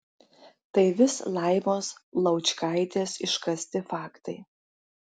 tai vis laimos laučkaitės iškasti faktai